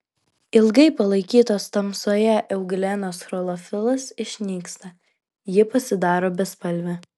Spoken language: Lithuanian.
ilgai palaikytos tamsoje euglenos chlorofilas išnyksta ji pasidaro bespalvė